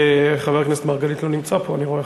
חבר הכנסת מרגלית לא נמצא פה, אני רואה.